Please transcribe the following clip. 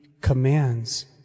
commands